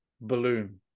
balloon